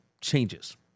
changes